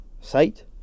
site